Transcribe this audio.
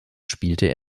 spielte